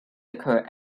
occur